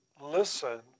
listen